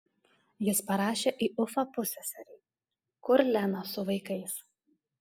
jis parašė į ufą pusseserei kur lena su vaikais